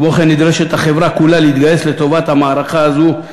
כמו כן נדרשת החברה כולה להתגייס לטובת המערכה הזאת,